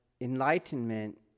enlightenment